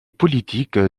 politique